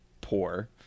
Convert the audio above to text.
poor